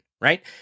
right